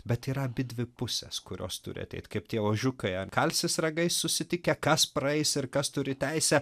bet yra abidvi pusės kurios turi ateit kaip tie ožiukai ar kalsis ragais susitikę kas praeis ir kas turi teisę